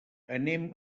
anem